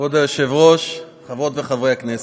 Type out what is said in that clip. כבוד היושבת-ראש, חברות וחברי הכנסת,